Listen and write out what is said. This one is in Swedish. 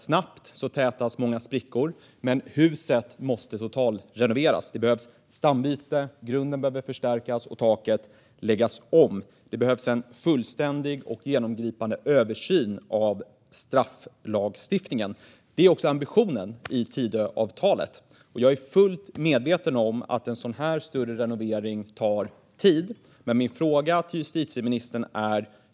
Snabbt tätas många sprickor, men huset måste totalrenoveras. Det behöver göras ett stambyte, grunden behöver förstärkas och taket läggas om. Det behövs även en fullständig och genomgripande översyn av strafflagstiftningen. Detta är också ambitionen i Tidöavtalet. Jag är fullt medveten om att en sådan större renovering tar tid.